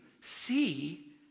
see